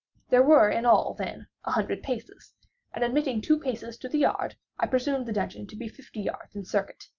there were in all, then, a hundred paces and, admitting two paces to the yard, i presumed the dungeon to be fifty yards in circuit.